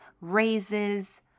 raises